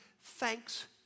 thanks